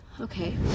Okay